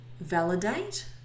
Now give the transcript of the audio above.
validate